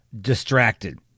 distracted